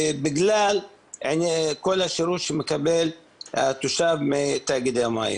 בגלל כל השירות שמקבל התושב מתאגידי המים.